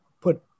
put